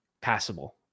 passable